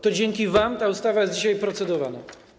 To dzięki wam ta ustawa jest dzisiaj procedowana.